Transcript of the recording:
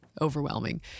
overwhelming